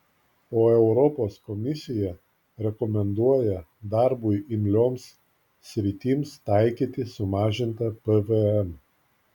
o europos komisija rekomenduoja darbui imlioms sritims taikyti sumažintą pvm